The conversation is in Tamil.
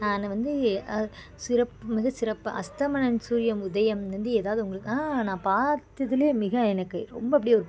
நான் வந்து சிறப்புமிகு சிறப்பாக அஸ்தமனம் சூரியன் உதயம்லேந்து ஏதாது உங்களுக்கு நான் பாத்ததுலேயே மிக எனக்கு ரொம்ப அப்படே ஒரு